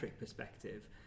perspective